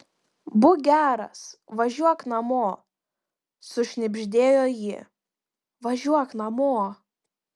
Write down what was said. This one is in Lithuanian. būk geras važiuok namo sušnibždėjo ji važiuok namo